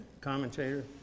commentator